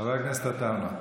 חבר הכנסת עטאונה.